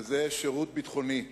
וזה שירות ביטחוני.